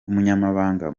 umunyamabanga